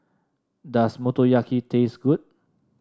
does Motoyaki taste good